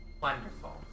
Wonderful